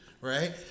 right